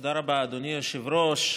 תודה רבה, אדוני היושב-ראש.